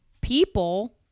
people